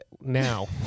now